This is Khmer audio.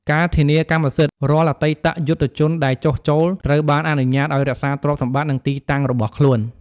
ការធានាកម្មសិទ្ធិ រាល់អតីតយុទ្ធជនដែលចុះចូល ត្រូវបានអនុញ្ញាតឱ្យរក្សាទ្រព្យសម្បត្តិ និងទីតាំងរបស់ខ្លួន។